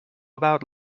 about